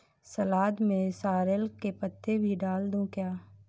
सलाद में सॉरेल के पत्ते भी डाल दूं क्या?